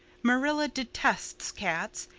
marilla detests cats,